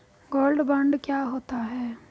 Gold bond क्या होता है?